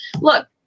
Look